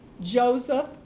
Joseph